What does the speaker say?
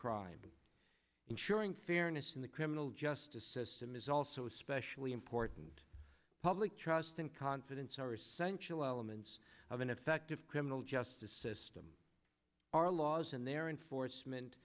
crime ensuring fairness in the criminal justice system is also especially important public trust and confidence are essential elements of an effective criminal justice system our laws and their enforcement